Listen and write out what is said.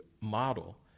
model